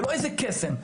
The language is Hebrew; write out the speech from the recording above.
זה לא איזה קסם.